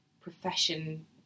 profession